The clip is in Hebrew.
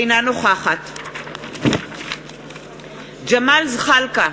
אינה נוכחת ג'מאל זחאלקה,